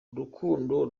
urukundo